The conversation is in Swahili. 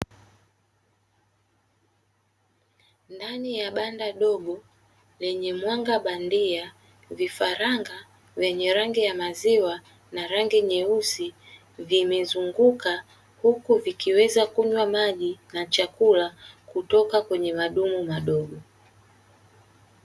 Ndani ya banda dogo lenye mwanga bandia vifaranga vyenye rangi ya maziwa na rangi nyeusi vimezunguka, huku vikiweza kunywa maji na chakula kutoka kwenye madumu madogo.